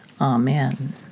Amen